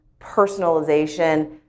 personalization